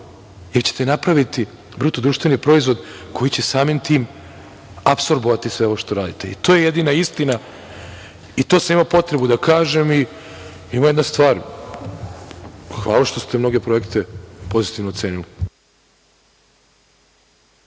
jer ćete napraviti BDP koji će samim tim apsorbovati sve ovo što radite i to je jedina istina i to sam imao potrebu da kažem.I ima jedna stvar, hvala što ste mnoge projekte pozitivno ocenili.